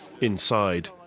Inside